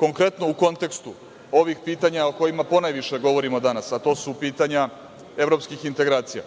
konkretno u kontekstu ovih pitanja o kojima ponajviše govorimo danas, a to su pitanja evropskih integracija,